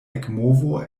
ekmovo